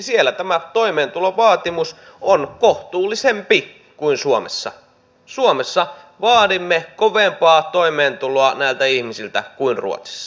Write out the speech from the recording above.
siellä tämä toimeentulovaatimus on kohtuullisempi kuin suomessa suomessa vaadimme kovempaa toimeentuloa näiltä ihmisiltä kuin ruotsissa